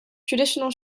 traditional